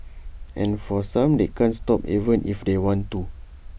and for some they can't stop even if they want to